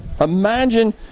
Imagine